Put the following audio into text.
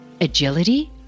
Agility